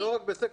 זה לא רק בסקטור.